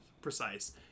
precise